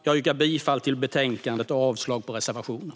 Jag yrkar bifall till förslaget i betänkandet och avslag på reservationen.